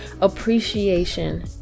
appreciation